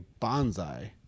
Bonsai